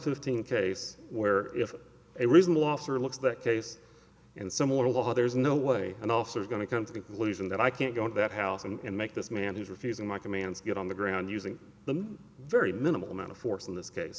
fifteen case where if a reasonable officer looks that case and similar law there's no way an officer going to come to the conclusion that i can't go into that house and make this man who is refusing my commands get on the ground using the very minimal amount of force in this case